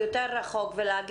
אולי בעקבות המשבר ואולי לא.